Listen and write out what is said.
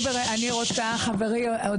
חברי,